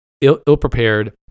ill-prepared